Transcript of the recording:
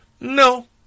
No